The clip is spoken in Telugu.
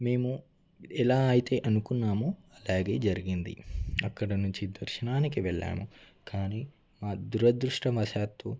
మేము ఎలా అయితే అనుకున్నామో అలాగే జరిగింది అక్కడ నుంచి దర్శనానికి వెళ్ళాము కానీ మా దురదృష్టవశాత్తు